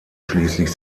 schließlich